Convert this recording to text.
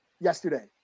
yesterday